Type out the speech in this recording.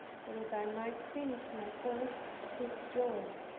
so that i might finish my course with joy.